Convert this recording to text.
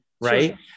Right